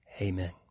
Amen